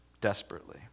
desperately